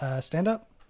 stand-up